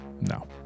No